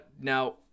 Now